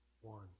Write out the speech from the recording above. One